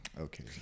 Okay